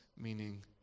meaning